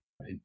Right